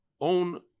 own